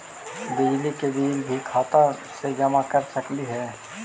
बिजली के बिल भी खाता से जमा कर सकली ही?